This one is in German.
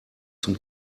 zum